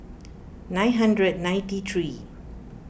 nine hundred ninety three